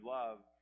love